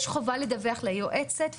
יש חובה לדווח ליועצת,